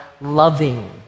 loving